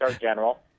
general